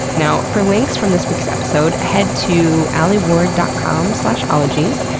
now, for links from this week's episode, head to alieward dot com slash ologies,